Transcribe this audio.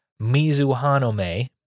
Mizuhanome